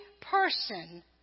person